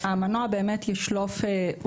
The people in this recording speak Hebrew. המנוע באמת ישלוף מידע,